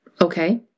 Okay